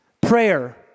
Prayer